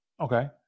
Okay